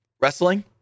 wrestling